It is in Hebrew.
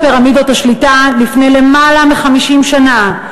פירמידות השליטה לפני למעלה מ-50 שנה.